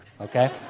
Okay